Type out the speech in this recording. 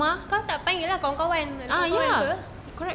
kau tak payah lah kawan-kawan ada nak pun ke